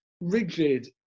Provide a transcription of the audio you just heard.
rigid